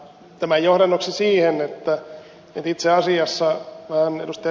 tämä johdannoksi siihen että itse asiassa vähän ed